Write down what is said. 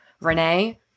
Renee